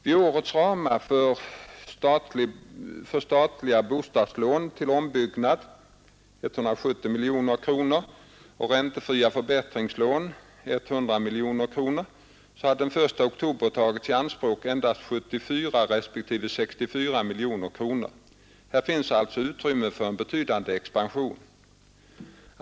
Av årets ramar för statliga bostadslån till ombyggnad, 170 miljoner kronor, och räntefria förbättringslån, 100 miljoner kronor, hade den 1 oktober tagits i anspråk endast 74 respektive 64 miljoner kronor. Här finns alltså utrymme för en betydande expansion.